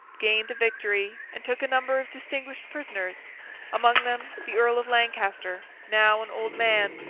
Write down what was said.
gained the victory, and took a number of distinguished prisoners among them, the earl of lancaster, now an old man,